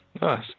Nice